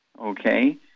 Okay